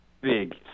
big